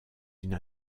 une